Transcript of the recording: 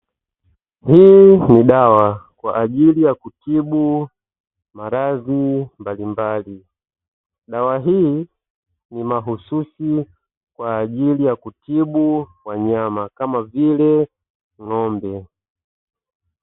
Hii ni dawa kwa ajili ya kutibu maradhi mbalimbali. Dawa hii ni mahususi kwa ajili ya kutibu wanyama kama vile ng'ombe.